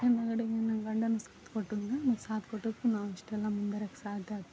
ಹಿಂದುಗಡೆಗೆ ನನ್ನ ಗಂಡ ನನಗೆ ಸಾಥ್ ಕೊಟ್ಟಿದ್ಮೇಲೆ ಸಾಥ್ ಕೊಟ್ಟದ್ದಕ್ಕೆ ನಾನು ಇಷ್ಟೆಲ್ಲ ಮುಂದ್ವರೆಯೋಕೆ ಸಾಧ್ಯ ಆಯ್ತು